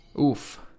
Oof